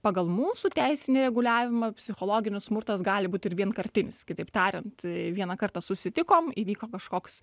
pagal mūsų teisinį reguliavimą psichologinis smurtas gali būt ir vienkartinis kitaip tariant vieną kartą susitikom įvyko kažkoks